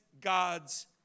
God's